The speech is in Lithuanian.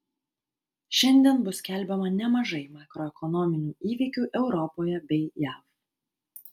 šiandien bus skelbiama nemažai makroekonominių įvykių europoje bei jav